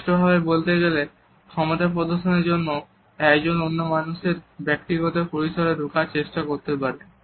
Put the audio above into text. স্পষ্টভাবে বলতে গেলে ক্ষমতা প্রদর্শনের জন্য একজন অন্য মানুষের ব্যক্তিগত পরিসরে ঢোকার চেষ্টা করতে পারে